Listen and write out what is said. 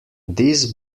this